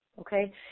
okay